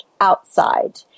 outside